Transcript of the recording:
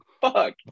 fuck